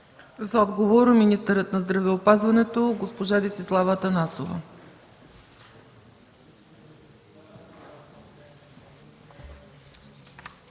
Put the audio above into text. За отговор – министърът на здравеопазването госпожа Десислава Атанасова.